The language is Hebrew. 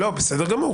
בסדר גמור.